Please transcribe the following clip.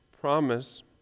promise